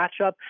matchup